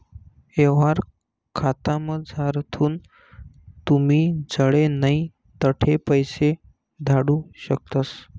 यवहार खातामझारथून तुमी जडे नै तठे पैसा धाडू शकतस